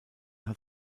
hat